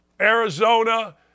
Arizona